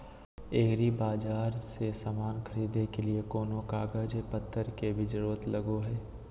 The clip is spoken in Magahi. एग्रीबाजार से समान खरीदे के लिए कोनो कागज पतर के भी जरूरत लगो है?